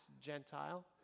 Gentile